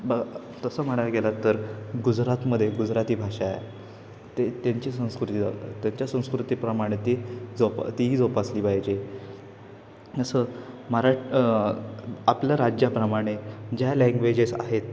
ब तसं म्हणायला गेलं तर गुजरातमध्ये गुजराती भाषाए ते त्यांची संस्कृती त्यांच्या संस्कृतीप्रमाणे ती जोपास ती जोपासली पाहिजे तसं मरा आपल्या राज्याप्रमाणे ज्या लँग्वेजेस आहेत